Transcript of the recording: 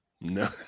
No